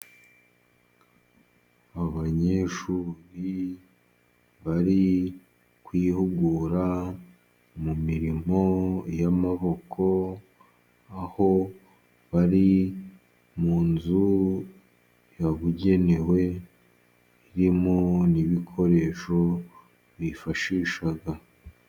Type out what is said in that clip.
Abanyeshuri bari kwihugura mu mirimo y'amaboko, aho bari mu nzu yabugenewe, irimo n'ibikoresho bifashisha.